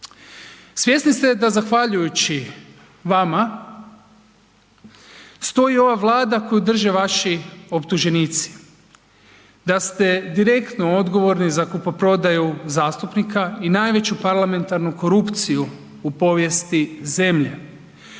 Svjesni ste da zahvaljujući vama stoji ova Vlada koju drže vaši optuženici, da ste direktno odgovorni za kupoprodaju zastupnika i najveću parlamentarnu korupciju u povijesti zemlje.